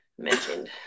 mentioned